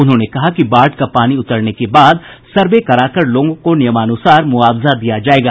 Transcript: उन्होंने कहा कि बाढ़ का पानी उतरने के बाद सर्वे कराकर लोगों को नियमानुसार मुआवजा दिया जायेगा